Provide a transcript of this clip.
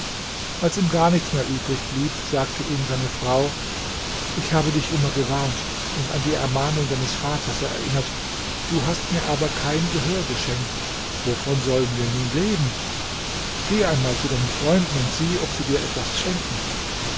als ihm gar nichts mehr übrig blieb sagte ihm seine frau ich habe dich immer gewarnt und an die ermahnung deines vaters erinnert du hast mir aber kein gehör geschenkt wovon sollen wir nun leben geh einmal zu deinen freunden und sieh ob sie dir etwas schenken